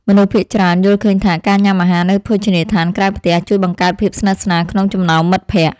មនុស្សភាគច្រើនយល់ឃើញថា ការញ៉ាំអាហារនៅភោជនីយដ្ឋានក្រៅផ្ទះជួយបង្កើតភាពស្និទ្ធស្នាលក្នុងចំណោមមិត្តភក្តិ។